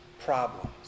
problems